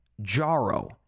Jaro